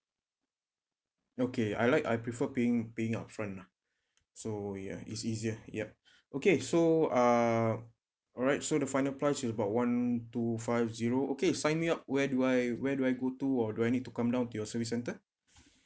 okay I like I prefer paying paying upfront lah so ya it's easier yup okay so uh alright so the final price is about one two five zero okay signing up where do I where do I go to or do I need to come down to your service center